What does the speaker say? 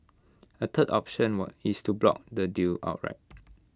A third option what is to block the deal outright